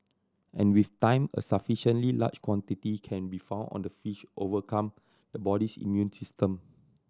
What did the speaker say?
and with time a sufficiently large quantity can be found on the fish overcome the body's immune system